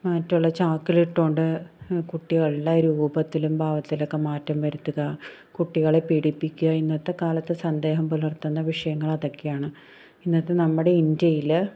മറ്റുള്ള ചാക്കിലിട്ടുകൊണ്ട് കുട്ടികളുടെ രൂപത്തിലും ഭാവത്തിലൊക്കെ മാറ്റം വരുത്തുക കുട്ടികളെ പീഡിപ്പിക്കുക ഇന്നത്തെ കാലത്ത് സന്ദേഹം പുലർത്തുന്ന വിഷയങ്ങൾ അതൊക്കെയാണ് ഇന്നത്തെ നമ്മുടെ ഇന്ത്യയിൽ